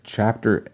Chapter